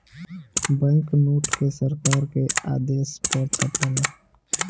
bank note के सरकार के आदेश पर छापाला